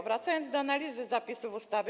Wracam do analizy zapisów ustawy.